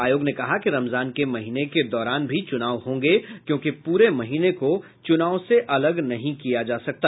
आयोग ने कहा कि रमजान के महीने के दौरान भी चुनाव होंगे क्योंकि पूरे महीने को चुनाव से अलग नहीं किया जा सकता